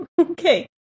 Okay